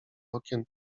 okien